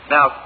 Now